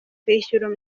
kwishyura